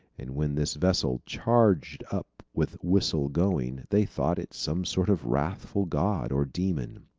and when this vessel charged up with whistle going, they thought it some sort of wrathful god or demon.